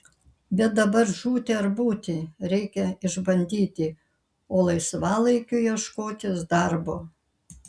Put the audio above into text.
bet dabar žūti ar būti reikia išbandyti o laisvalaikiu ieškotis darbo